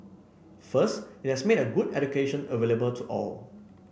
first it has made a good education available to all